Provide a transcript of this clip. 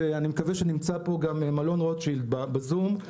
ואני מקווה שנמצא פה גם אלון רוטשילד בזום,